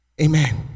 Amen